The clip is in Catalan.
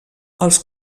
els